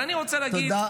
תודה רבה.